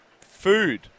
food